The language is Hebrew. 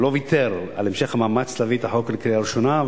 ולא ויתר על המשך המאמץ להביא את החוק לקריאה ראשונה,